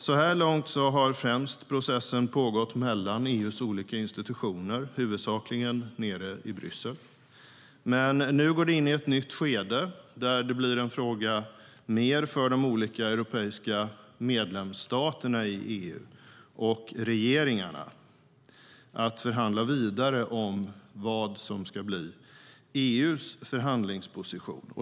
Så här långt har processen främst pågått i EU:s olika institutioner, huvudsakligen nere i Bryssel. Men nu går det in i ett nytt skede, och det blir mer en fråga för de olika medlemsstaterna och regeringarna i EU att förhandla vidare om vad som ska bli EU:s förhandlingsposition.